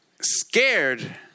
Scared